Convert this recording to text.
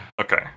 Okay